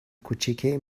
کوچیکه